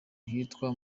hitwa